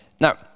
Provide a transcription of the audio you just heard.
Now